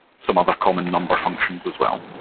some other common number functions as well.